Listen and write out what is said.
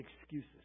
excuses